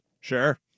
Sure